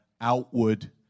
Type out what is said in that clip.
outward